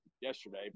yesterday